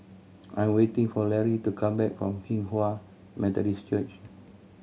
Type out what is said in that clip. I am waiting for Lary to come back from Hinghwa Methodist Church